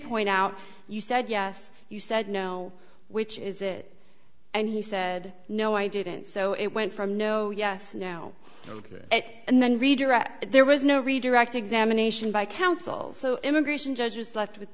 point out you said yes you said no which is it and he said no i didn't so it went from no yes no ok and then redirect there was no redirect examination by counsel so immigration judges left with